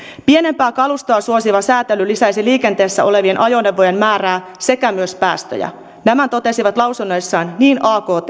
pienempää kalustoa suosiva säätely lisäisi liikenteessä olevien ajoneuvojen määrää sekä myös päästöjä tämän totesivat lausunnoissaan sekä akt